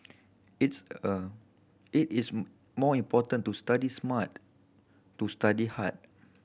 it's a it is more important to study smart to study hard